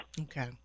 Okay